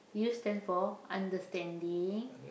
U stand for understanding